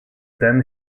then